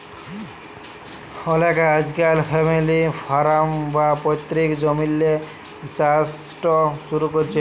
অলেকে আইজকাইল family farm বা পৈত্তিক জমিল্লে চাষট শুরু ক্যরছে